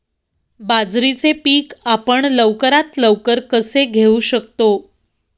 बाजरीचे पीक आपण लवकरात लवकर कसे घेऊ शकतो?